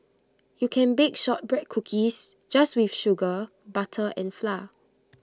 you can bake Shortbread Cookies just with sugar butter and flour